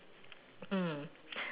mm